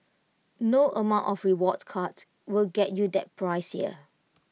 no amount of rewards cards will get you that price here